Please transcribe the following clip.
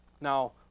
Now